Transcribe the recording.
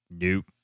Nope